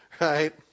right